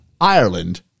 Ireland